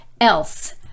else